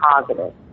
positive